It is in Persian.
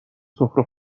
سفره